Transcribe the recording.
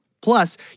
Plus